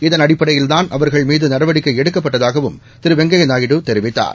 இதன் அடிப்படையில்தான் அவர்கள் மீது நடவடிக்கை எடுக்கப்பட்டதாகவும் திரு வெங்கையா நாயுடு தெரிவித்தார்